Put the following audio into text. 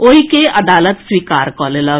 ओहि के अदालत स्वीकार कऽ लेलक